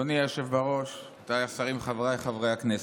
אדוני היושב-ראש, רבותיי השרים, חבריי חברי הכנסת,